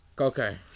Okay